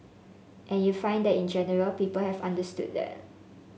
and you find that in general people have understood that